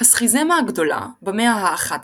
הסכיזמה הגדולה, במאה ה-11